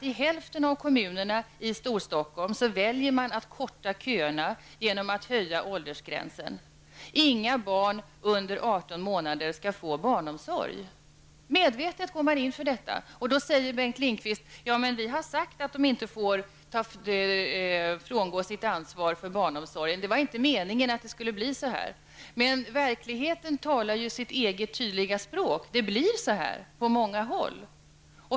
I hälften av kommunerna i Storstockholm väljer man att korta köerna genom att höja åldersgränsen. Medvetet går man in för att inga barn under 18 månader skall få barnomsorg! Då säger Bengt Lindqvist: Ja, men vi har sagt att kommunerna inte får frångå sitt ansvar för barnomsorgen, det var inte meningen att det skulle bli så här. Men verkligheten talar sitt tydliga språk: det blir så här på många håll!